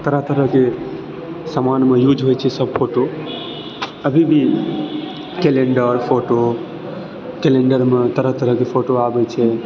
तरह तरहके समानमे यूज होइ छै सभ फोटो अभी भी कैलेन्डर फोटो कैलेन्डरमे तरह तरह के फोटो आबै छै